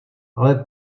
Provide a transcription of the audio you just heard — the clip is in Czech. ale